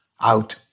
out